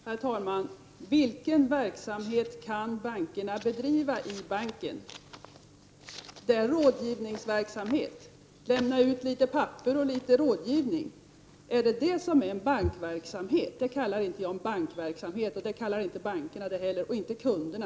Herr talman! Vilken verksamhet kan bankerna bedriva i butiken? Det är rådgivningsverksamhet — att lämna litet papper och ge råd. Det kallar inte jag bankverksamhet, och det kallar inte heller bankerna det — och inte kunderna.